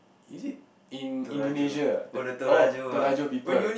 is it in Indonesia the oh the people